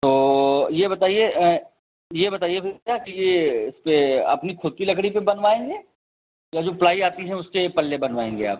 तो यह बताइए यह बताइए भैया कि यह उसके अपनी ख़ुद की लकड़ी से बनवाएंगे या जो प्लाई आती है उसके पल्ले बनवाएंगे आप